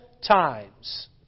times